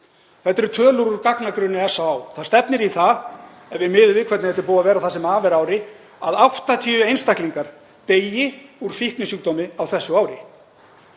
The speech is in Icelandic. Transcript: Þetta eru tölur úr gagnagrunni SÁÁ. Það stefnir í það, ef við miðum við hvernig þetta er búið að vera það sem af er ári, að 80 einstaklingar deyi úr fíknisjúkdómi á þessu ári.